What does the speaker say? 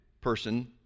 person